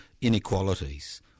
inequalities